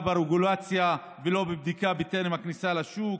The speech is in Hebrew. ברגולציה ולא בדיקה בטרם הכניסה לשוק,